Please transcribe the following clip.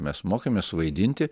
mes mokėmės vaidinti